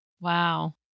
wow